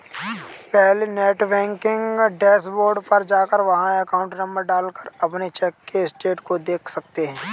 पहले net banking dashboard पर जाकर वहाँ अकाउंट नंबर डाल कर अपने चेक के स्टेटस को देख सकते है